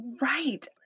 Right